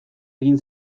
egin